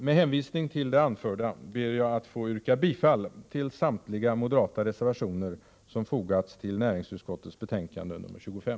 Med hänvisning till det anförda ber jag att få yrka bifall till samtliga moderata reservationer som fogats till näringsutskottets betänkande 25.